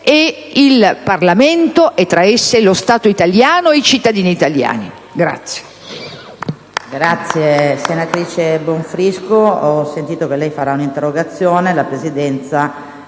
e il Parlamento, tra esse e lo Stato italiano e i cittadini italiani.